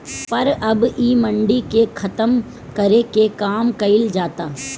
पर अब इ मंडी के खतम करे के काम कइल जाता